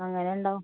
അങ്ങനെ ഉണ്ടാവും